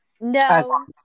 No